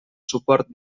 suport